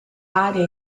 aree